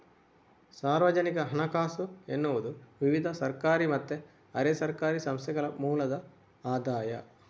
ಸಾರ್ವಜನಿಕ ಹಣಕಾಸು ಎನ್ನುವುದು ವಿವಿಧ ಸರ್ಕಾರಿ ಮತ್ತೆ ಅರೆ ಸರ್ಕಾರಿ ಸಂಸ್ಥೆಗಳ ಮೂಲದ ಆದಾಯ